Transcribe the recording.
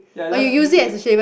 ya just use as